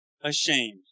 ashamed